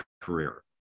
career